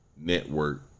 network